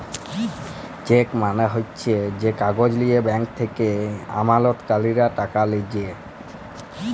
check মালে হচ্যে যে কাগজ লিয়ে ব্যাঙ্ক থেক্যে আমালতকারীরা টাকা লিছে